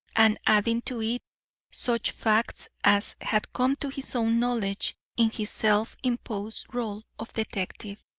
and adding to it such facts as had come to his own knowledge in his self-imposed role of detective,